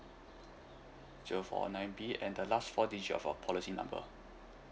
zero four nine B and the last four digits of your policy number